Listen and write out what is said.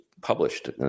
published